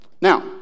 Now